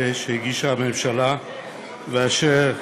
2016, שהגישה הממשלה ואשר